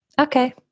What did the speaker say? okay